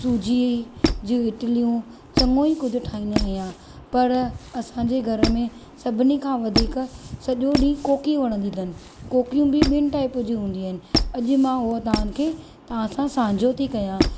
सूजी जूं इडलियूं चङो ई कुझु ठाहींदी आहियां पर असांजे घर में सभिनी खां वधीक सॼो ॾींहुं कोकी वणंदी अथनि कोकियूं बि ॿिनि टाइप जूं हूंदियूं आहिनि अॼु मां उहा तव्हांखे तव्हां सां साझो थी कयां